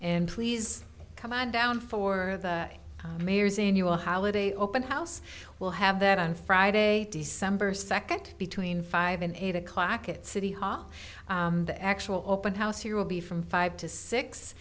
and please come on down for the mayor's annual holiday open house we'll have that on friday december second between five and eight o'clock at city hall the actual open house here will be from five to six